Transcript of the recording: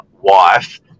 wife